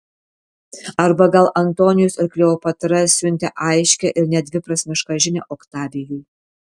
arba gal antonijus ir kleopatra siuntė aiškią ir nedviprasmišką žinią oktavijui